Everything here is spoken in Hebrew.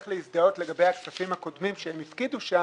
לגבי הכספים הקודמים שהם הפקידו שם,